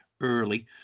early